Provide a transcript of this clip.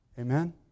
Amen